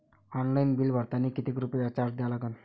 Online bill भरतानी कितीक रुपये चार्ज द्या लागन?